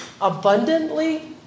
abundantly